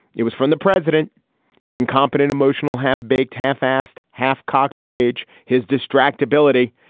it was from the president his incompetent emotional half baked half assed half cocked rage his distract ability.